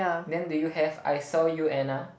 then do you have I saw you Anna